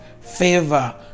favor